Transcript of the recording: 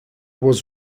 was